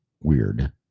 weird